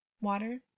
water